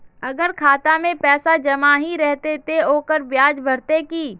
अगर खाता में पैसा जमा ही रहते ते ओकर ब्याज बढ़ते की?